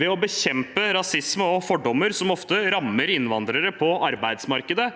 ved å bekjempe rasisme og fordommer som ofte rammer innvandrere på arbeidsmarkedet.